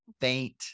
faint